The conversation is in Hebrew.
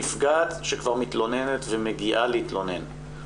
נפגעת שכבר מתלוננת ומגיעה להתלונן,